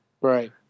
right